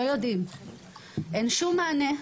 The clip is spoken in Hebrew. אין שום מענה.